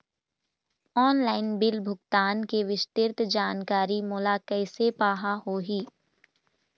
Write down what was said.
Online bill भुगतान के विस्तृत जानकारी मोला कैसे पाहां होही?